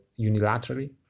unilaterally